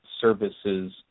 services